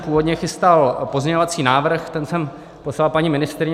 Původně jsem chystal pozměňovací návrh, ten jsem poslal paní ministryni.